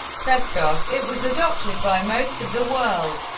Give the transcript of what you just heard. prescott, it was adopted by most of the world,